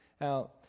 Now